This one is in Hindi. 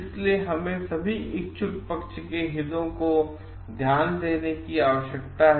इसलिए हमें सभी इच्छुक पक्ष के हितों को ध्यान देने की आवश्यकता है